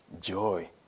joy